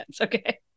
okay